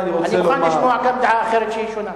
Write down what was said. אני מוכן לשמוע גם דעה אחרת שהיא שונה.